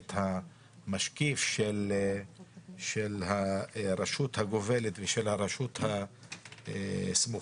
ואת המשקיף של הרשות הגובלת ושל הרשות הסמוכה,